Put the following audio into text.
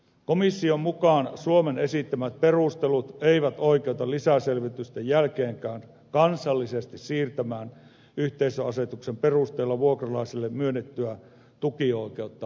komission mukaan suomen esittämät perustelut eivät oikeuta lisäselvitysten jälkeenkään kansallisesti siirtämään yhteisöasetuksen perusteella vuokralaiselle myönnettyä tukioikeutta maanomistajalle